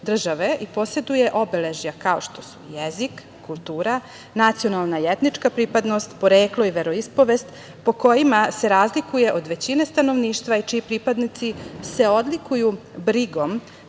države i poseduje obeležja kao što su jezik, kultura, nacionalna i etnička pripadnost, poreklo i veroispovest, po kojima se razlikuje od većine stanovništva i čiji pripadnici se odlikuju brigom